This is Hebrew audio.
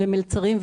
ומלצרים,